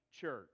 church